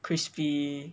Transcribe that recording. crispy